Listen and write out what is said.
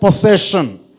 possession